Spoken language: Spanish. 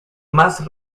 más